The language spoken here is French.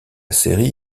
série